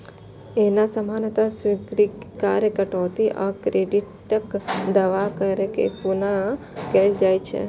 एना सामान्यतः स्वीकार्य कटौती आ क्रेडिटक दावा कैर के पूरा कैल जाइ छै